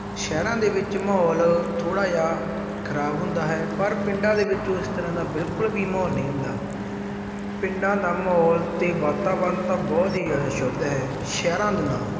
ਸ਼ਹਿਰਾਂ ਦੇ ਵਿੱਚ ਮਾਹੌਲ ਥੋੜ੍ਹਾ ਜਿਹਾ ਖਰਾਬ ਹੁੰਦਾ ਹੈ ਪਰ ਪਿੰਡਾਂ ਦੇ ਵਿੱਚ ਇਸ ਤਰ੍ਹਾਂ ਦਾ ਬਿਲਕੁਲ ਵੀ ਮਾਹੌਲ ਨਹੀਂ ਹੁੰਦਾ ਪਿੰਡਾਂ ਦਾ ਮਾਹੌਲ ਅਤੇ ਵਾਤਾਵਰਨ ਤਾਂ ਬਹੁਤ ਹੀ ਜ਼ਿਆਦਾ ਸ਼ੁੱਧ ਹੈ ਸ਼ਹਿਰਾਂ ਦੇ ਨਾਲੋਂ